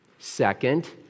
Second